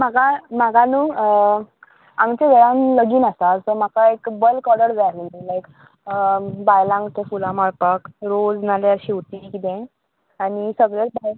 म्हाका म्हाका न्हू आमच्या वेळान लगीन आसा सो म्हाका एक बल्क ऑर्डर जाय आसलेली लायक बायलांक तें फुलां माळपाक रोज नाल्यार शेंवती किदें आनी सगळें जाय